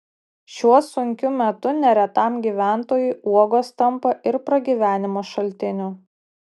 šiuo sunkiu metu neretam gyventojui uogos tampa ir pragyvenimo šaltiniu